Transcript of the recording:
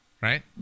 right